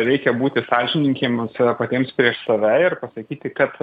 reikia būti sąžiningiems patiems prieš save ir pasakyti kad